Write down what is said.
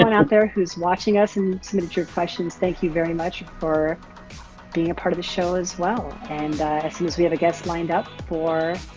um out there who's watching us and submit your questions thank you very much for being a part of the show as well. and as soon as we have a guest lined up for ah